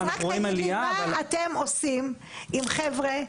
אז רק תגיד לי רגע מה אתם עושים עם חבר'ה,